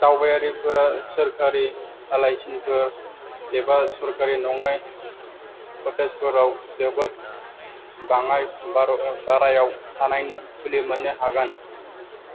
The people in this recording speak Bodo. दावबायारिफोरा सोरकारी आलासि न'फोर एबा सरखारि नङै कटेजफोराव जोबोद बाङाय भारायाव थानायनि खुलि मोन्नो हागोन